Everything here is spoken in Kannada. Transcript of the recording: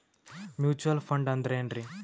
ಮ್ಯೂಚುವಲ್ ಫಂಡ ಅಂದ್ರೆನ್ರಿ?